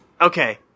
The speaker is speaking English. Okay